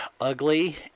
ugly